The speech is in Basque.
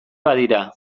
badira